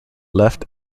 left